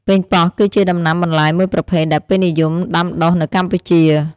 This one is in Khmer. ប៉េងប៉ោះ គឺជាដំណាំបន្លែមួយប្រភេទដែលពេញនិយមដាំដុះនៅកម្ពុជា។